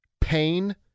pain